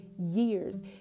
years